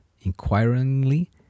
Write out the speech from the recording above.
inquiringly